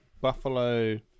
Buffalo